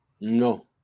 No